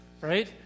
right